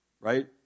right